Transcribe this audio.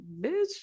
bitch